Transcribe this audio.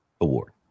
award